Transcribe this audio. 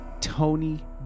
Tony